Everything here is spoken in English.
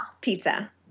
Pizza